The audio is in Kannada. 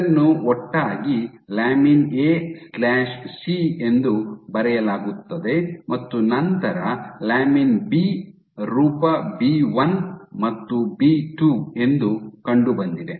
ಇದನ್ನು ಒಟ್ಟಾಗಿ lamin A C lamin AC ಎಂದು ಬರೆಯಲಾಗುತ್ತದೆ ಮತ್ತು ನಂತರ ಲ್ಯಾಮಿನ್ ಬಿ ರೂಪ ಬಿ 1 ಮತ್ತು ಬಿ 2 ಎಂದು ಕಂಡುಬಂದಿದೆ